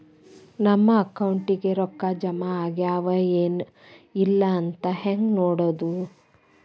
ನಮ್ಮ ಅಕೌಂಟಿಗೆ ರೊಕ್ಕ ಜಮಾ ಆಗ್ಯಾವ ಏನ್ ಇಲ್ಲ ಅಂತ ಹೆಂಗ್ ನೋಡೋದು?